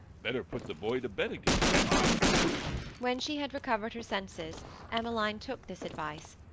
better put the boy to bed again, hadn't you when she had recovered her senses emmeline took this advice,